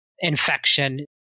infection